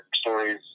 stories